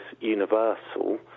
universal